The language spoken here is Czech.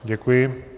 Děkuji.